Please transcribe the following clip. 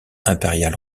impérial